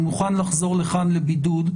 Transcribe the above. הוא מוכן לחזור לכאן לבידוד,